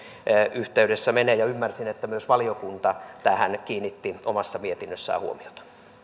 yhteydessä menevät ja ymmärsin että myös valiokunta tähän kiinnitti omassa mietinnössään huomiota